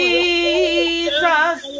Jesus